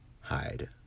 hide